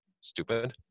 stupid